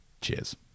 Cheers